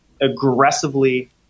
aggressively